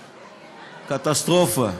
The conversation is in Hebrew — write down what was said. קטסטרופה.